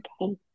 okay